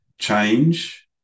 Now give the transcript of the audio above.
change